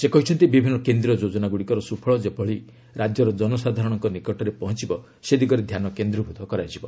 ସେ କହିଛନ୍ତି ବିଭିନ୍ନ କେନ୍ଦ୍ରୀୟ ଯୋଜନା ଗୁଡ଼ିକର ସୁଫଳ ଯେପରି ରାଜ୍ୟର ଜନସାଧାରଣଙ୍କ ନିକଟରେ ପହଞ୍ଚୁବ ସେ ଦିଗରେ ଧ୍ୟାନ କେନ୍ଦ୍ରୀଭୃତ କରାଯିବ